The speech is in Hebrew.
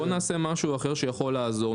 בואו נעשה משהו אחר שיכול לעזור,